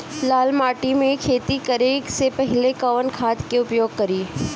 लाल माटी में खेती करे से पहिले कवन खाद के उपयोग करीं?